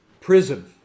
prison